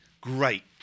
Great